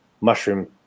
Mushroom